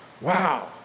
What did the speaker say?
wow